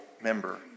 member